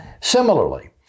Similarly